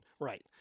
right